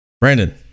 Brandon